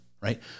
Right